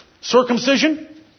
Circumcision